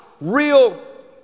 Real